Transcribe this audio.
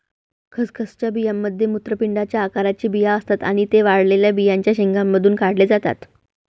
खसखसच्या बियांमध्ये मूत्रपिंडाच्या आकाराचे बिया असतात आणि ते वाळलेल्या बियांच्या शेंगांमधून काढले जातात